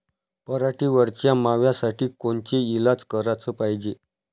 पराटीवरच्या माव्यासाठी कोनचे इलाज कराच पायजे?